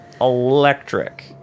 electric